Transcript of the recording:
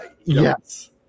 Yes